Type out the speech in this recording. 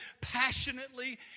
passionately